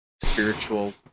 spiritual